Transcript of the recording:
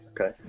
Okay